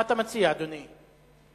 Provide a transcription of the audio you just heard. מה אתה מציע, אדוני?